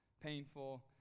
painful